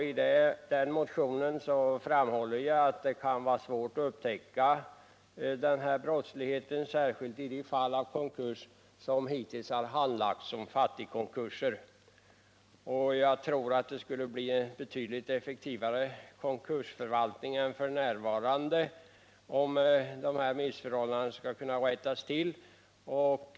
I den motionen framhåller jag att det kan vara svårt att upptäcka sådan här brottslighet, särskilt i de fall av konkurser som hittills har handlagts som fattigkonkurser. Jag tror att det skulle bli en betydligt effektivare konkursförvaltning än vi har f. n. när det gäller att rätta till sådana här missförhållanden.